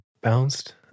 bounced